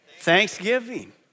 thanksgiving